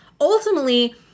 ultimately